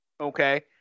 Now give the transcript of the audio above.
okay